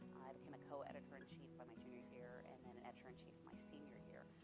i became a co-editor-in-chief by my junior year, and then editor-in-chief my senior year,